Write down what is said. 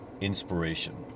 inspiration